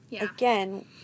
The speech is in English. again